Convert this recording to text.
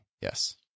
Yes